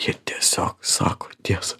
jie tiesiog sako tiesą